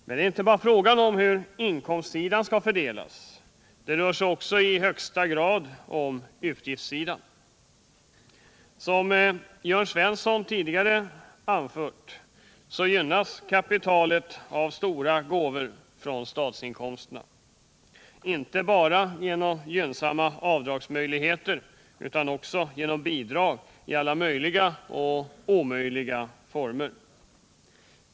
Men det är inte bara fråga om hur inkomstsidan skall fördelas, utan det är i högsta grad också fråga om utgiftssidan. Som Jörn Svensson tidigare har anfört gynnas kapitalet av stora gåvor från statsinkomsterna, dels genom gynnsamma avdragsmöjligheter och dels genom bidrag i alla möjliga och omöjliga former.